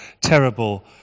terrible